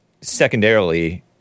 secondarily